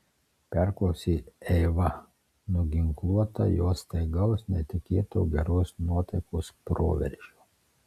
perklausė eiva nuginkluota jo staigaus netikėto geros nuotaikos proveržio